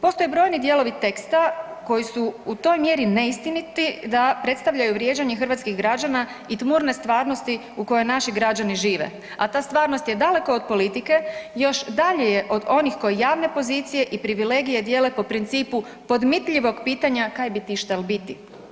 Postoje brojni dijelovi teksta koji su u toj mjeri neistiniti da predstavljaju vrijeđanje hrvatskih građana i tmurne stvarnosti u kojoj naši građani žive, a ta stvarnost je daleko od politike još dalje je od onih koji javne pozicije i privilegije dijele po principu podmitljivog pitanja, kaj bi ti štel biti.